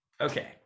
Okay